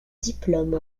diplôme